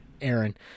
Aaron